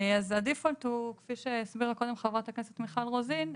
אז ה-default הוא כפי שהסבירה קודם חברת הכנסת מיכל רוזין,